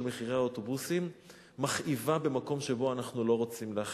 מחירי האוטובוסים מכאיבה במקום שבו אנחנו לא רוצים להכאיב.